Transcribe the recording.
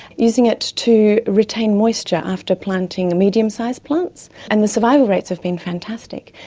using it to retain moisture after planting medium-sized plants, and the survival rates have been fantastic.